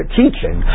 teaching